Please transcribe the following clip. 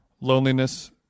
Loneliness